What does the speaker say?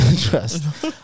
Trust